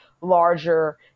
larger